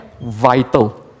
vital